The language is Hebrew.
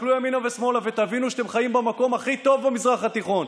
תסתכלו ימינה ושמאלה ותבינו שאתם חיים במקום הכי טוב במזרח התיכון: